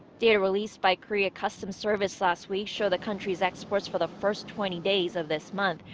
data released by korea customs service last week showed the country's exports for the first twenty days of this month.